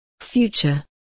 Future